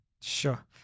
Sure